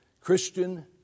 Christian